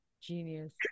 Genius